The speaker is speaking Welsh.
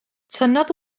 tynnodd